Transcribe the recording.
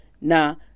now